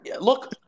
Look